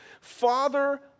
Father